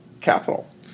capital